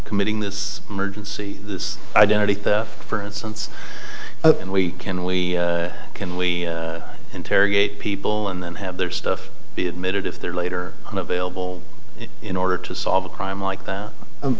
committing this emergency identity theft for instance and we can only can only interrogate people and then have their stuff be admitted if they're later on available in order to solve a crime like that